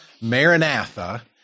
Maranatha